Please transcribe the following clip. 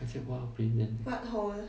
I said !wah! premium